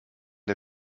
der